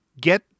get